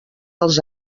els